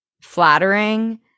flattering